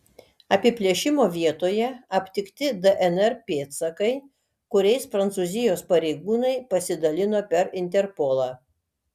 apiplėšimo vietoje aptikti dnr pėdsakai kuriais prancūzijos pareigūnai pasidalino per interpolą